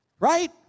right